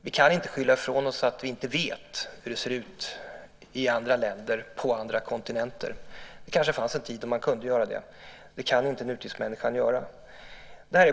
Vi kan inte skylla ifrån oss och säga att vi inte vet hur det ser ut i andra länder eller på andra kontinenter. Det kanske fanns en tid då man kunde göra det. Det kan inte nutidsmänniskan göra.